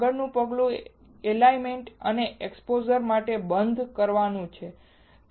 આગળનું પગલું એલાઈનમેન્ટ અને એક્સપોઝર માટે બંધ કરવાનું છે